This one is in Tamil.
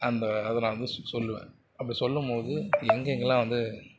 அந்த அதை நான் வந்து சொல்லுவேன் அப்படி சொல்லும் போது எங்கெங்கேலாம் வந்து